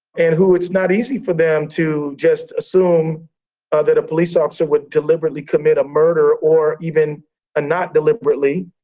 and who it's not easy for them to just assume ah that a police officer would deliberately commit a murder or even not deliberately.